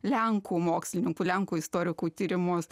lenkų mokslininkų lenkų istorikų tyrimus